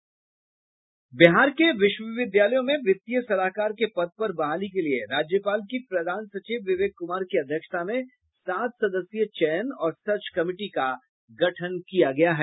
बिहार के विश्वविद्यालयों में वित्तीय सलाहकार के पद पर बहाली के लिये राज्यपाल की प्रधान सचिव विवेक कुमार की अध्यक्षता में सात सदस्यी चयन और सर्च कमिटी का गठन किया गया है